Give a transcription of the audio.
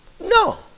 No